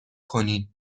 کنین